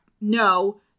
no